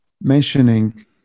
mentioning